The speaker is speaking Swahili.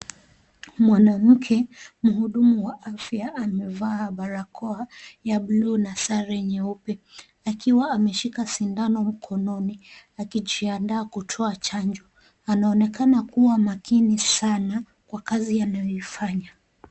Mwanamke mhudumu wa afya amevaa barakoa ya blue na sare nyeupe, akiwa ameshika sindano mkononi akijiandaa kutoa chanjo. Anaonekana kuwa makini sana kwa kazi anayoifanya.